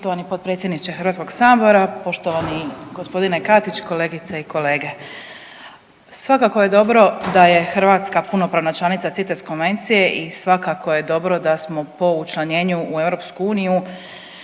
Hrvatska punopravna članica CITES konvencije i svakako je dobro da smo po učlanjenju u EU